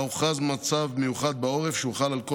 שבה הוכרז מצב מיוחד בעורף שהוחל על כל